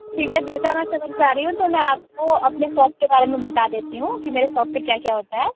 ठीक है जैसा मैं समझ पा रही हूँ तो मैं आपको अपने सॉप के बारे में बता देती हूँ कि मेरे सॉप पर क्या क्या होता है